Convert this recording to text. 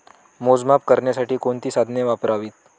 मोजमाप करण्यासाठी कोणती साधने वापरावीत?